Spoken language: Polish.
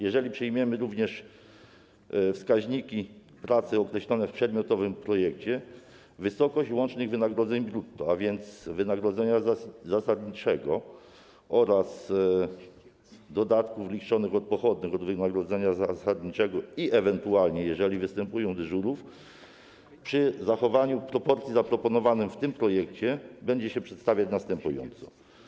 Jeżeli przyjmiemy wskaźniki pracy określone w przedmiotowym projekcie, wysokość łącznych wynagrodzeń brutto, a więc wynagrodzenia zasadniczego oraz dodatków liczonych od pochodnych od wynagrodzenia zasadniczego i ewentualnie, jeżeli są, dyżurów, przy zachowaniu proporcji zaproponowanym w tym projekcie, będzie się przedstawiać następująco.